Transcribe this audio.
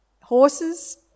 horses